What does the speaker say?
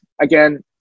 Again